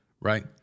right